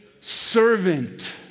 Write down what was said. servant